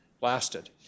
lasted